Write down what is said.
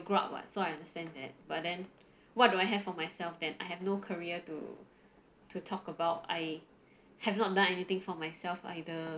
grow up [what] so I understand that but then what do I have of myself than I have no career to to talk about I have not done anything for myself either